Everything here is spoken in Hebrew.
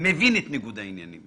מבין את ניגוד העניינים